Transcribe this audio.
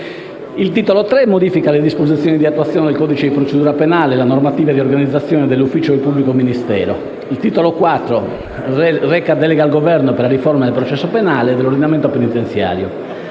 Il Titolo III modifica le disposizioni di attuazione del codice di procedura penale e la normativa di organizzazione dell'ufficio del pubblico ministero. Il Titolo IV reca delega al Governo per la riforma del processo penale e dell'ordinamento penitenziario.